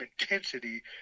intensity